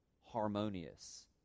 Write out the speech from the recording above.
harmonious